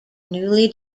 newly